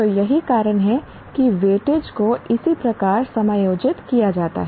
तो यही कारण है कि वेटेज को इसी प्रकार समायोजित किया जाता है